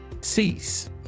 Cease